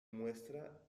muestra